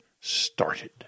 started